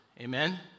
Amen